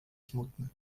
smutny